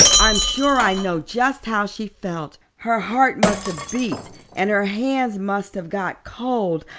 i'm sure i know just how she felt. her heart must have beat and her hands must have got cold,